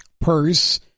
purse